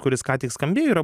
kuris ką tik skambėjo yra